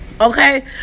Okay